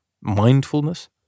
mindfulness